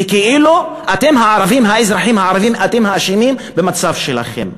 כאילו אתם, האזרחים הערבים, אתם האשמים במצב שלכם.